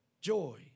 joy